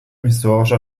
historischer